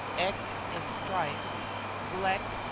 ek is strife glek,